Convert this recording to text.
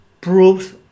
proves